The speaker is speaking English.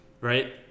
right